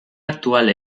actual